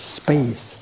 space